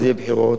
ואם כן,